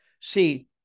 see